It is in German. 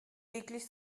wirklich